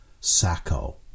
Sacco